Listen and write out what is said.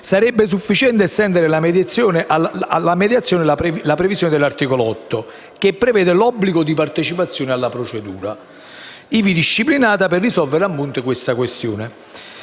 Sarebbe sufficiente estendere alla mediazione la previsione dell'articolo 8, che prevede l'obbligo di partecipazione alla procedura ivi disciplinata per risolvere a monte la questione,